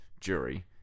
jury